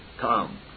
Come